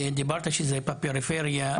דיברת שזה בפריפריה.